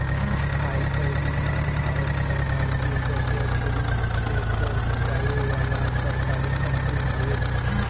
आयकर विभाग भारत सरकार के प्रत्यक्ष रूप से कर जुटावे वाला सरकारी कंपनी हवे